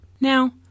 Now